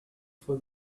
for